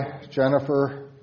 Jennifer